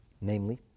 namely